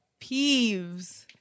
peeves